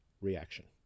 reaction